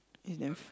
is damn f~